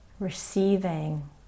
receiving